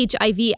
HIV